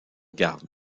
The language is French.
regarde